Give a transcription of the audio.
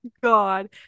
god